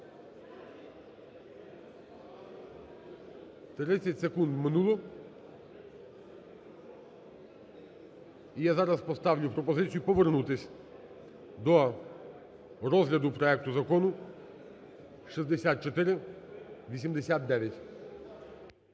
30 секунд минуло, і я зараз поставлю пропозицію повернутися до розгляду проекту Закону 6489.